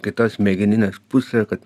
kita smegeninės pusė kad